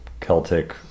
Celtic